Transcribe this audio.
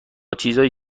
چیزایی